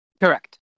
Correct